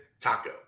Taco